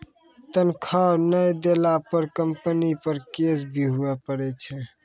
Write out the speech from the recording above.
तनख्वाह नय देला पर कम्पनी पर केस भी हुआ पारै छै